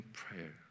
prayer